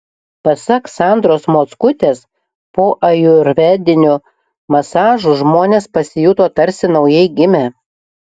pasak sandros mockutės po ajurvedinių masažų žmonės pasijuto tarsi naujai gimę